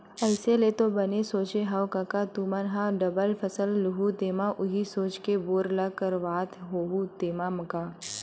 अइसे ऐ तो बने सोचे हँव कका तुमन ह डबल फसल लुहूँ तेमा उही सोच के बोर ल करवात होहू तेंमा गा?